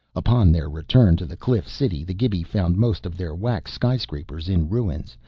upon their return to the cliff city, the gibi found most of their wax skyscrapers in ruins,